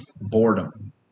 boredom